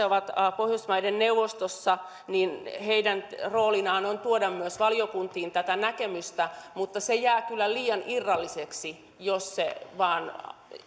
ovat pohjoismaiden neuvostossa roolina on on tuoda myös valiokuntiin tätä näkemystä mutta se jää kyllä liian irralliseksi jos se